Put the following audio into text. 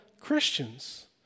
Christians